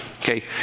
okay